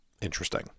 Interesting